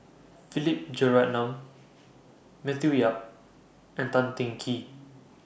Philip Jeyaretnam Matthew Yap and Tan Teng Kee